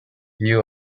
view